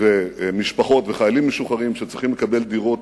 של משפחות ושל חיילים משוחררים שצריכים לקבל דירות